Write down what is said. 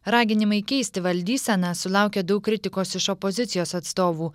raginimai keisti valdyseną sulaukė daug kritikos iš opozicijos atstovų